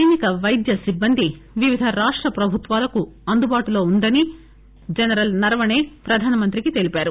సైనిక పైద్య సిబ్బంది వివిధ రాష్ట ప్రభుత్వాలకు అందుబాటులో ఉందని జనరల్ నరవణే ప్రధానమంత్రికి తెలిపారు